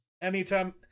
Anytime